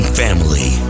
family